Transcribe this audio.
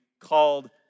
called